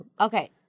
Okay